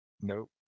Nope